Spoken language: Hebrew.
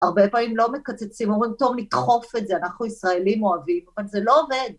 ‫הרבה פעמים לא מקצצים, ‫אומרים, טוב, נדחוף את זה, ‫אנחנו ישראלים אוהבים, ‫אבל זה לא עובד.